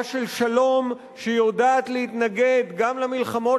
תנועה של שלום שיודעת להתנגד גם למלחמות